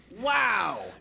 Wow